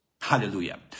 Hallelujah